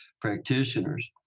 practitioners